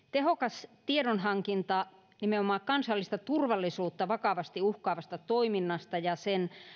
tehokas tiedonhankinta nimenomaan kansallista turvallisuutta vakavasti uhkaavasta toiminnasta ja sen